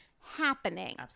happening